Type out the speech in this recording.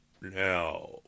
Now